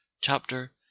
Chapter